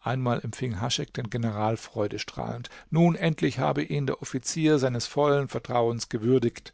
einmal empfing haschek den general freudestrahlend nun endlich habe ihn der offizier seines vollen vertrauens gewürdigt